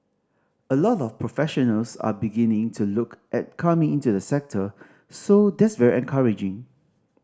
a lot of professionals are beginning to look at coming into the sector so that's very encouraging